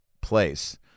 place